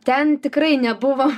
ten tikrai nebuvo